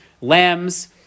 lambs